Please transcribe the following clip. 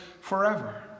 forever